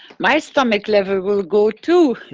my stomach level will go too.